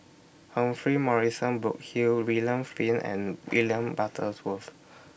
Humphrey Morrison Burkill William Flint and William butters Worth